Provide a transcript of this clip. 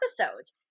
episodes